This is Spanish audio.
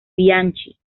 bianchi